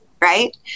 right